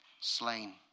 slain